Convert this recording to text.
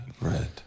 red